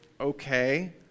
okay